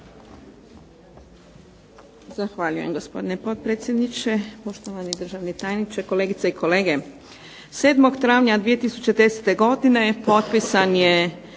Zahvaljujem, gospodine potpredsjedniče. Poštovani državni tajniče, kolegice i kolege. 7. travnja 2010. godine potpisan je